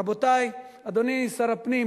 רבותי, אדוני שר הפנים,